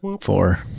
Four